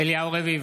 אליהו רביבו,